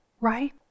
right